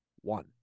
One